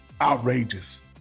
outrageous